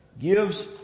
gives